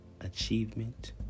achievement